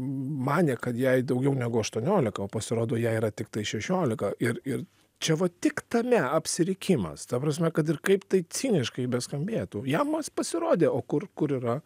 manė kad jai daugiau negu aštuoniolika o pasirodo jai yra tiktai šešiolika ir ir čia va tik tame apsirikimas ta prasme kad ir kaip tai ciniškai beskambėtų jam pasirodė o kur kur yra